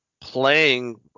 playing